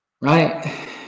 right